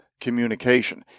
communication